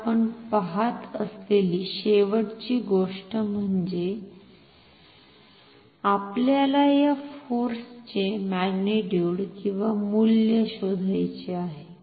आता आपण पहात असलेली शेवटची गोष्ट म्हणजे आपल्याला या फोर्सचे मॅग्निट्युड किंवा मूल्य शोधायचे आहे